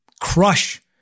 Crush